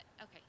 okay